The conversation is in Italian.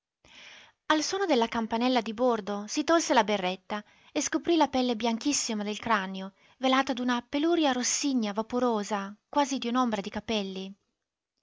al suono della campanella di bordo si tolse la berretta e scoprì la pelle bianchissima del cranio velata d'una peluria rossigna vaporosa quasi di un'ombra di capelli